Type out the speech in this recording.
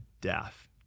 death